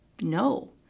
No